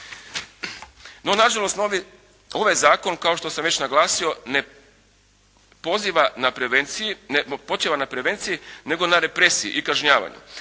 No nažalost novi, ovaj zakon kao što sam već naglasio, ne počiva na prevenciji nego na represiji i kažnjavanju.